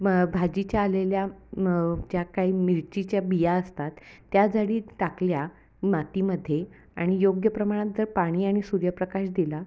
मग भाजीच्या आलेल्या ज्या काही मिरचीच्या बिया असतात त्या जरी टाकल्या मातीमध्ये आणि योग्य प्रमाणात जर पाणी आणि सूर्यप्रकाश दिला